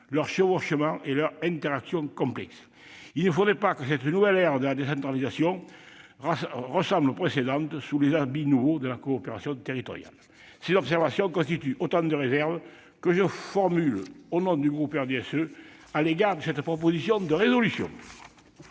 leur chevauchement et leurs interactions complexes ? Il ne faudrait pas que cette nouvelle ère de la décentralisation ressemble aux précédentes sous les habits nouveaux de la coopération territoriale. Ces observations constituent autant de réserves que je formule au nom du groupe du RDSE à l'égard de cette proposition de résolution.